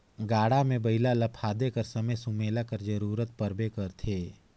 गाड़ा मे बइला ल फादे कर समे सुमेला कर जरूरत परबे करथे